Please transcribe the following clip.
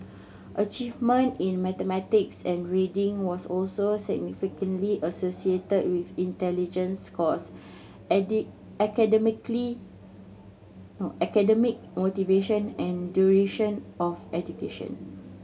achievement in mathematics and reading was also significantly associated with intelligence scores academicly academic motivation and duration of education